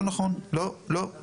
לא, לא.